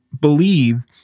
believe